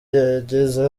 yageze